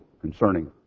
concerning